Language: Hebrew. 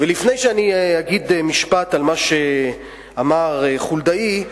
לפני שאגיד משפט על מה שאמר חולדאי,